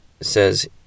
says